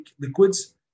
liquids